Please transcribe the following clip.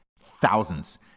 Thousands